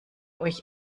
euch